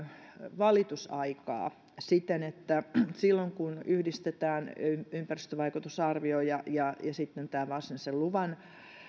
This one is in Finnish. valitusaikaa siten että silloin kun yhdistetään ympäristövaikutusarvio ja ja tämän varsinaisen luvan